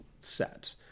set